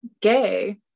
gay